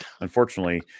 unfortunately